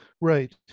Right